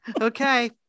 Okay